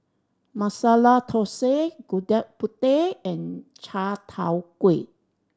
Masala Thosai Gudeg Putih and chai tow kway